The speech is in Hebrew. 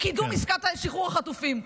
לקידום עסקה לשחרור החטופים.